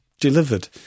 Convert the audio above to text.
delivered